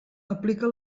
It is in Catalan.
aplica